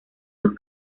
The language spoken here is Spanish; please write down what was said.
dos